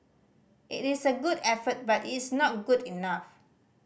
it is a good effort but it's not good enough